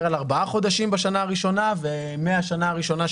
על ארבעה חודשים בשנה הראשונה ומהשנה הראשונה,